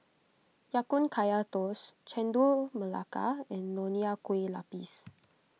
Ya Kun Kaya Toast Chendol Melaka and Nonya Kueh Lapis